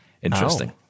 Interesting